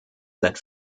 that